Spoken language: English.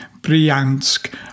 Bryansk